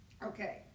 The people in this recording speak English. Okay